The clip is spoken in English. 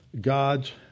God's